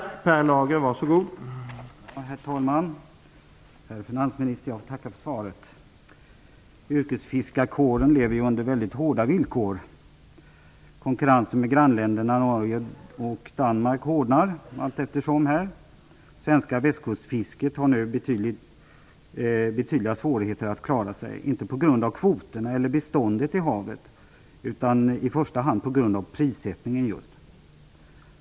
Herr talman! Herr finansminister! Jag tackar för svaret. Yrkesfiskarkåren lever under väldigt hårda villkor. Konkurrensen med grannländerna Norge och Danmark hårdnar allteftersom. Svenska västkustfisket har nu betydliga svårigheter att klara sig, inte på grund av kvoterna eller beståndet i havet utan i första hand på grund av prissättningen.